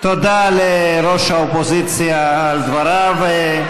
תודה לראש האופוזיציה על דבריו.